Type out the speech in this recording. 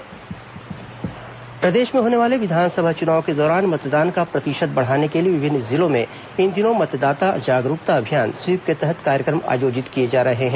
मतदाता जागरूकता कार्यक्रम प्रदेश में होने वाले विधानसभा चुनाव के दौरान मतदान का प्रतिशत बढ़ाने के लिए विभिन्न जिलों में इन दिनों मतदाता जागरूकता अभियान स्वीप के तहत कार्यक्रम आयोजित किए जा रहे हैं